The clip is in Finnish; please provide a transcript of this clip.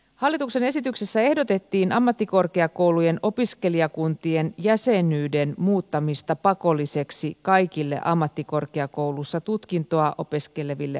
hallituksen esityksessä ehdotettiin ammattikorkeakoulujen opiskelijakuntien jäsenyyden muuttamista pakolliseksi kaikille ammattikorkeakoulussa tutkintoa opiskeleville opiskelijoille